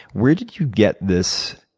where did you get this